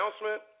announcement